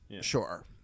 Sure